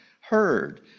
heard